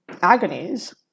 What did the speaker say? agonies